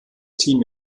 team